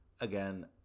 again